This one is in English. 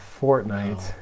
Fortnite